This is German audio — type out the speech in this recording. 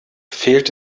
fehlt